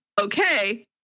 okay